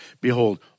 Behold